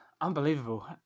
Unbelievable